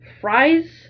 Fries